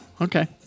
Okay